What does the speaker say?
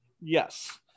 yes